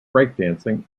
breakdancing